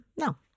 No